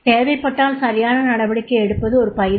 தேவைப்பட்டால் சரியான நடவடிக்கை எடுப்பது ஒரு பயிற்சி